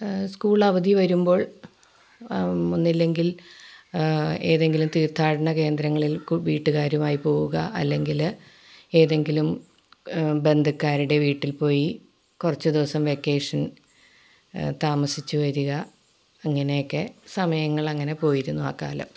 സ്കൂളിലവധി വരുമ്പോൾ ഒന്നില്ലങ്കിൽ ഏതെങ്കിലും തീർഥാടനകേന്ദ്രങ്ങളിൽ വീട്ടുകാരുമായി പോവുക അല്ലെങ്കിൽ ഏതെങ്കിലും ബന്ധുക്കാരുടെ വീട്ടിൽ പോയി കുറച്ച് ദിവസം വെക്കേഷൻ താമസിച്ച് വരുക അങ്ങനെയൊക്കെ സമയങ്ങളങ്ങനെ പോയിരുന്നു ആ കാലം